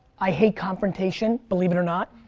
i hate confrontation, believe it or not.